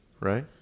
right